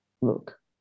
look